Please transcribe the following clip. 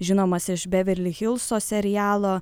žinomas iš beverli hilso serialo